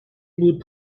بود